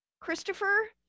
Christopher